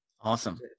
Awesome